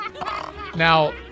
Now